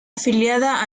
afiliada